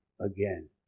again